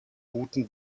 guten